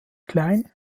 klein